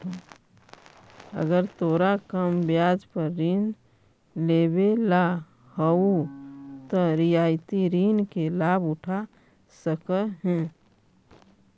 अगर तोरा कम ब्याज पर ऋण लेवेला हउ त रियायती ऋण के लाभ उठा सकऽ हें